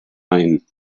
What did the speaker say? ein